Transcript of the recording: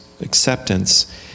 acceptance